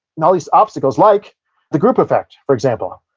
and all these obstacles like the group effect, for example.